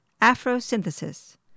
Afro-Synthesis